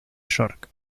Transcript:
york